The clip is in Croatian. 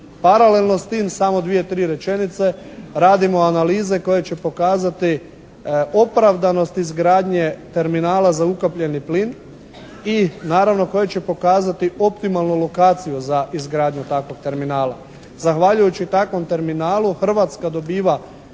Paralelno s tim samo dvije, tri rečenice radimo analize koje će pokazati opravdanost izgradnje terminala za ukapljeni plin i naravno koje će pokazati optimalnu lokaciju za izgradnju takvog terminala. Zahvaljujući takvom terminalu Hrvatska dobiva